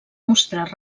mostrar